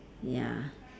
ya